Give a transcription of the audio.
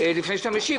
לפני שאתה משיב,